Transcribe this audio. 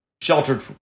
sheltered